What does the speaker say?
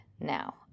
now